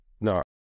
No